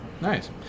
Nice